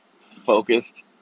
focused